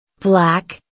Black